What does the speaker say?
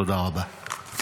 תודה רבה.